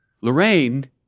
Lorraine